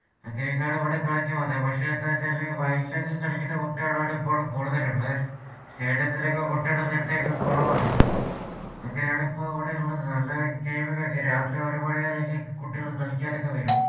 അങ്ങനെയൊക്കെയാണ് ഇവിടെ കളിച്ച് പോന്നത് പക്ഷെ എന്താ വെച്ചാല് വയലിലൊക്കെ കളിക്കുന്ന കുട്ടികളാണ് ഇപ്പളും കൂടുതലുള്ളത് സ്റ്റേഡിയത്തിലൊക്കെ കുട്ടികള് വരുന്നതൊക്കെ കുറവാണ് അങ്ങനെയാണ് ഇപ്പൊ ഇവിടെ ഉള്ളത് അല്ലാ ഗെയിമിംഗ് ഒക്കെ രാത്രി ഒരുമണി വരെയൊക്കെ കുട്ടികള് കളിക്കാനൊക്കെ വരും